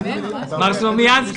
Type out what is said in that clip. ראשון,